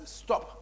stop